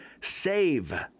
save